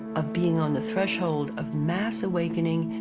of being on the threshold of mass awakening.